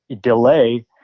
delay